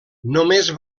només